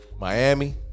Miami